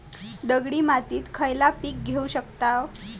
दगडी मातीत खयला पीक घेव शकताव?